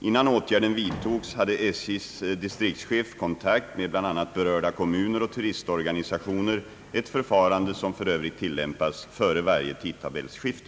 Innan åtgärden vidtogs hade SJ:s distriktschef kontakt med bl.a. berörda kommuner och turistorganisationer, ett förfarande som f. ö. tilllämpas före varje tidtabellsskifte.